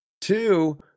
Two